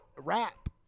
rap